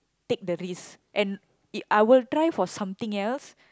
take the risk and it I will try for something else